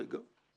רגע.